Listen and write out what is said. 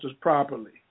properly